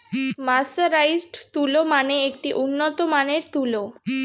mercerised তুলো মানে একটি উন্নত মানের তুলো